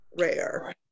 Rare